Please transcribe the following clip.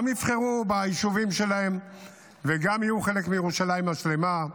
גם יבחרו ביישובים שלהם וגם יהיו חלק מירושלים השלמה,